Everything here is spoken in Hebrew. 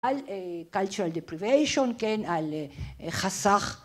על cultural deprivation כן על חסך